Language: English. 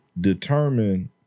determine